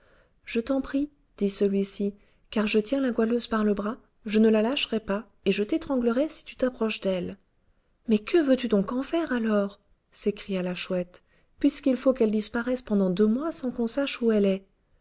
je t'en prie dit celui-ci car je tiens la goualeuse par le bras je ne la lâcherai pas et je t'étranglerai si tu t'approches d'elle mais que veux-tu donc en faire alors s'écria la chouette puisqu'il faut qu'elle disparaisse pendant deux mois sans qu'on sache où elle est